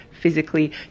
physically